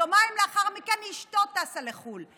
יומיים לאחר מכן אשתו טסה לחו"ל.